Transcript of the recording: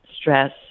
stress